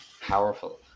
powerful